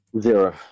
Zero